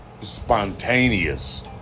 spontaneous